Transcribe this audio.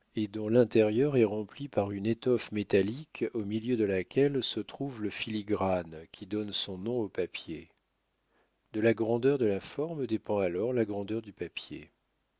et dont l'intérieur est rempli par une étoffe métallique au milieu de laquelle se trouve le filigrane qui donne son nom au papier de la grandeur de la forme dépend alors la grandeur du papier